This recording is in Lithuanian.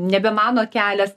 nebe mano kelias